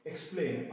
Explain